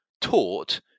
taught